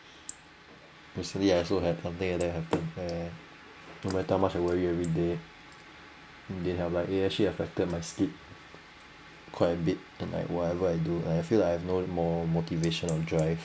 recently I also had something that happen where no matter how much I worry every day it didn't help it actually affected my sleep quite a bit and like whatever I do I feel like I have no more motivation or drive